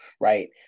right